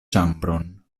ĉambron